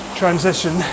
transition